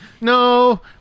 No